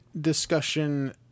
discussion